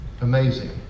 amazing